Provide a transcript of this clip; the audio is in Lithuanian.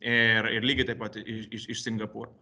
ir ir lygiai taip pat i iš iš singapūro